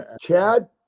Chad